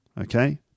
Okay